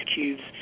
cubes